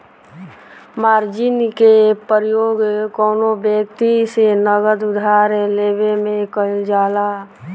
margin के प्रयोग कौनो व्यक्ति से नगद उधार लेवे में कईल जाला